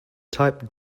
type